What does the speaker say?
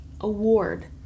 Award